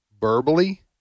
verbally